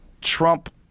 Trump